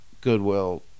Goodwill